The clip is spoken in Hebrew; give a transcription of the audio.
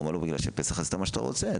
הוא עונה: בגלל שבפסח עשית מה שאתה רוצה,